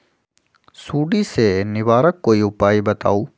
सुडी से निवारक कोई उपाय बताऊँ?